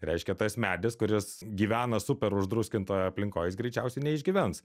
reiškia tas medis kuris gyvena super uždruskintoj aplinkoj jis greičiausiai neišgyvens